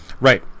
Right